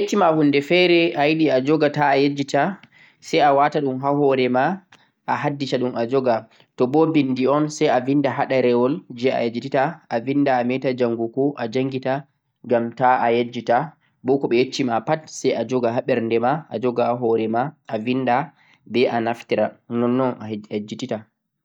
Toɓe andinima hunde fere ayiɗe a joga Ta'a yejjita sai adursaɗun ha ngadima boo avindaɗun ha ɗarewol bo adinga jangugoɗun kullun ngam Ta'a yejjita.